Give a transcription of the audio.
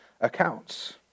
accounts